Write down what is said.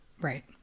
Right